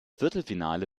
viertelfinale